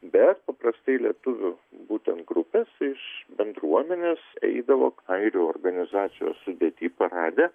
bet paprastai lietuvių būtent grupės iš bendruomenės eidavo airių organizacijos sudėty parade